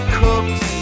cooks